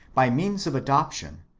by means of adoption,